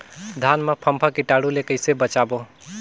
धान मां फम्फा कीटाणु ले कइसे बचाबो?